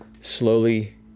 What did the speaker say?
slowly